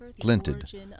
glinted